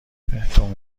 بهتون